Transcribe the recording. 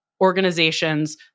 organizations